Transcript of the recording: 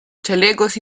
chalecos